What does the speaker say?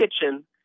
kitchen